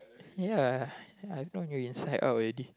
ya ya I known you inside out already